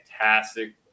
fantastic